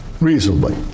reasonably